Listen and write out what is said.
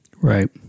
Right